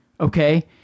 okay